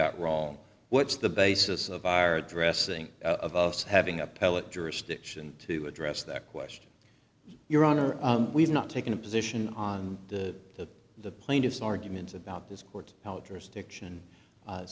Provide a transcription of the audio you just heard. got wrong what's the basis of our addressing of us having appellate jurisdiction to address that question your honor we've not taken a position on the the plaintiffs argument about this court